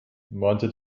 meinte